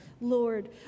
Lord